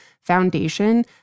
foundation